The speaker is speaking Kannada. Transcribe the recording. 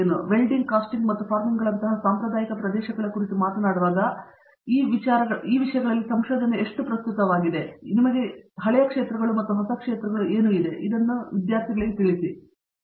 ಆದ್ದರಿಂದ ನೀವು ವೆಲ್ಡಿಂಗ್ ಕಾಸ್ಟಿಂಗ್ ಮತ್ತು ಫಾರ್ಮಿಂಗ್ಗಳಂತಹ ಸಾಂಪ್ರದಾಯಿಕ ಪ್ರದೇಶಗಳ ಕುರಿತು ಮಾತನಾಡುವಾಗ ಇವುಗಳಲ್ಲಿ ಸಂಶೋಧನೆ ಎಷ್ಟು ಪ್ರಸ್ತುತವಾಗಿದೆ ಎಂದು ನಿಮಗೆ ತಿಳಿದಿರುವಂತೆ ಹಳೆಯ ಕ್ಷೇತ್ರಗಳು ಇಂದು ನಿಮಗೆ ತಿಳಿದಿವೆ